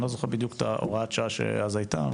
אני לא זוכר בדיוק את הוראת השעה שאז הייתה.